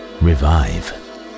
revive